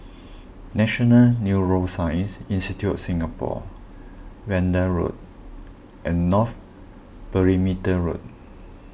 National Neuroscience Institute of Singapore Vanda Road and North Perimeter Road